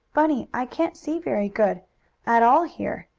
bunny! i can't see very good at all here.